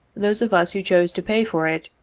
those of us who chose to pay for it,